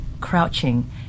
crouching